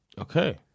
Okay